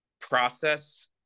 process